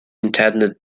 intended